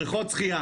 בריכות שחייה